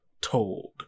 Told